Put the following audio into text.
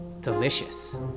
delicious